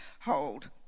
hold